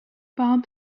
bob